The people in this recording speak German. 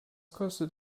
kostet